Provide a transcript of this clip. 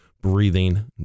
breathing